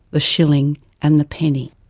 the shilling and the penny?